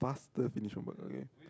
faster finish homework okay